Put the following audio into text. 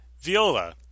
Viola